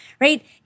right